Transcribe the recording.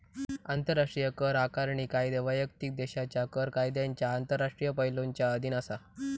आंतराष्ट्रीय कर आकारणी कायदे वैयक्तिक देशाच्या कर कायद्यांच्या आंतरराष्ट्रीय पैलुंच्या अधीन असा